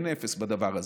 אין אפס בדבר הזה.